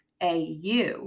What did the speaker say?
AU